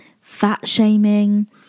fat-shaming